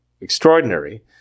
extraordinary